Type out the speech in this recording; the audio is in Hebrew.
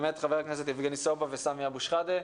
חבר הכנסת יבגני סובה וסמי אבו שחאדה,